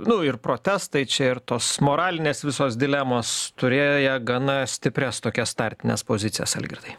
nu ir protestai čia ir tos moralinės visos dilemos turėjo jie gana stiprias tokias startines pozicijas algirdai